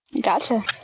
Gotcha